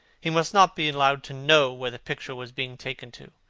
he must not be allowed to know where the picture was being taken to.